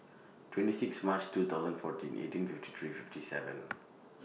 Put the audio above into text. twenty six March two thousand fourteen eighteen fifty three fifty seven